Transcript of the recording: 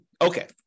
Okay